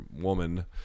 woman